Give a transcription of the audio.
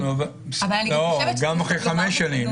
גם אחרי 5 שנים.